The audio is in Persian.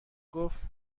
گفت